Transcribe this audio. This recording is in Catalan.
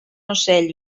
ocell